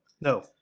No